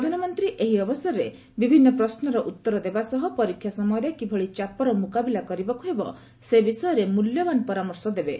ପ୍ରଧାନମନ୍ତ୍ରୀ ଏହି ଅବସରର ବିଭିନ୍ନ ପ୍ରଶ୍ନର ଉତ୍ତର ଦେବା ସହ ପରୀକ୍ଷା ସମୟରେ କିଭଳି ଚାପର ମୁକାବିଲା କରିବାକୁ ହେବ ସେ ବିଷୟରେ ମୂଲ୍ୟବାନ ପରାମର୍ଶ ଦେବେ